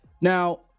Now